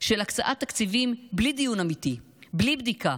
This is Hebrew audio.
של הקצאת תקציבים בלי דיון אמיתי, בלי בדיקה.